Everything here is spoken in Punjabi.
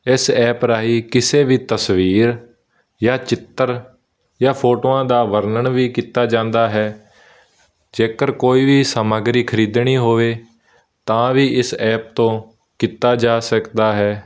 ਇਸ ਐਪ ਰਾਹੀਂ ਕਿਸੇ ਵੀ ਤਸਵੀਰ ਜਾਂ ਚਿੱਤਰ ਜਾਂ ਫੋਟੋਆਂ ਦਾ ਵਰਣਨ ਵੀ ਕੀਤਾ ਜਾਂਦਾ ਹੈ ਜੇਕਰ ਕੋਈ ਵੀ ਸਮਗਰੀ ਖਰੀਦਣੀ ਹੋਵੇ ਤਾਂ ਵੀ ਇਸ ਐਪ ਤੋਂ ਕੀਤਾ ਜਾ ਸਕਦਾ ਹੈ